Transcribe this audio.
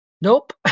Nope